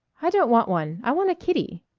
i don't want one. i want a kitty.